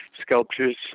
sculptures